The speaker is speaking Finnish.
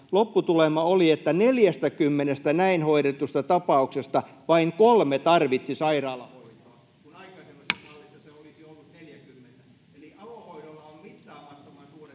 Lopputulema oli, että 40:stä näin hoidetusta tapauksesta vain kolme tarvitsi sairaalahoitoa, kun aikaisemmassa mallissa se olisi ollut 40. Eli avohoidolla on mittaamattoman suuret